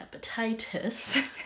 hepatitis